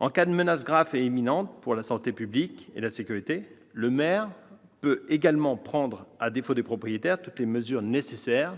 En cas de menace grave et imminente pour la santé publique et la sécurité, le maire peut également prendre, à défaut des propriétaires, toutes les mesures nécessaires